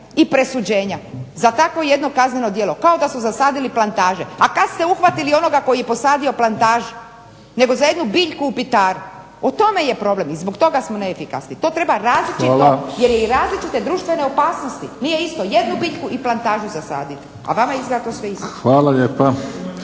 i presuđenja za takvo jedno kazneno djelo kao da su zasadili plantaže. A kad ste uhvatili onoga koji je posadio plantažu? Nego za jednu biljku u Pitaru. U tome je problem i zbog toga smo neefikasni. To treba različito, jer je i različite društvene opasnosti. Nije isto jednu biljku i plantažu zasaditi, a vama je to izgleda sve isto. **Mimica,